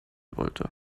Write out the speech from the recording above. wollte